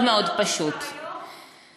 פשוט מאוד מאוד.